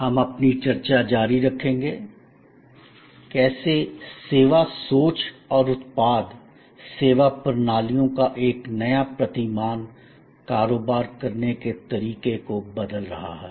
हम अपनी चर्चा जारी रखेंगे कैसे सेवा सोच और उत्पाद सेवा प्रणालियों का एक नया प्रतिमान कारोबार करने के तरीके को बदल रहा है